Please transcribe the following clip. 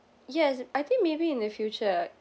yes I think maybe in the future